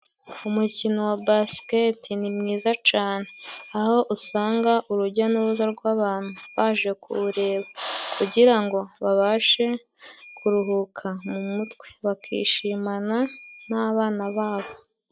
Umukino wa basiketi ni mwiza cane aho usanga urujya n'uruza rw'abantu baje kuwureba, kugira ngo babashe kuruhuka mu mutwe bakishimana n'abana babo.